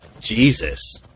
Jesus